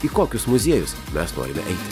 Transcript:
į kokius muziejus mes norime eit